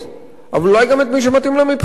אבל גם אולי את מי שמתאים לה מבחינה אישית.